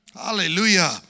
Hallelujah